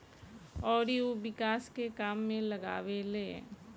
अउरी उ विकास के काम में लगावेले